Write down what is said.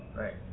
right